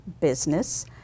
business